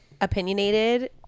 opinionated